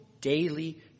daily